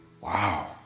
wow